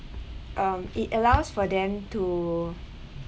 um it allows for them to